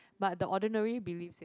but the ordinary believes in